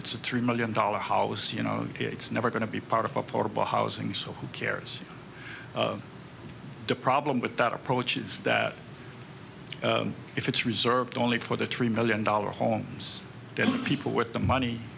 it's a three million dollars house you know it's never going to be part of affordable housing so who cares the problem with that approach is that if it's reserved only for the three million dollar homes then people with the money